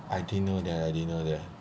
I didn't know that I didn't know that